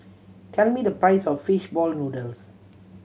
tell me the price of fish ball noodles